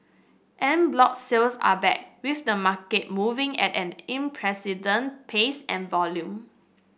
en bloc sales are back with the market moving at an pace and volume